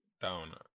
down